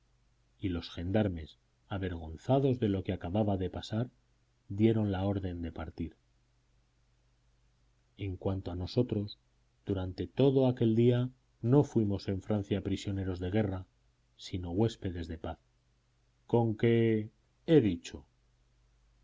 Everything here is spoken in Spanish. y los gendarmes avergonzados de lo que acababa de pasar dieron la orden de partir en cuanto a nosotros durante todo aquel día no fuimos en francia prisioneros de guerra sino huéspedes de paz conque he dicho